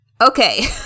okay